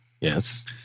Yes